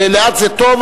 לאט זה טוב,